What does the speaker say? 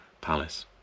Palace